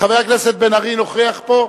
חבר הכנסת בן-ארי נוכח פה?